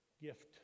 gift